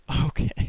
Okay